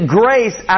grace